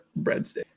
breadstick